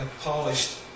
polished